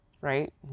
right